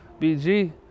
BG